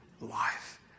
life